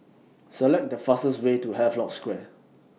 Select The fastest Way to Havelock Square